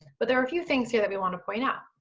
but there are a few things here that we wanna point out.